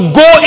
go